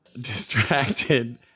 distracted